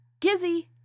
Gizzy